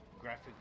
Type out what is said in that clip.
graphic